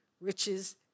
riches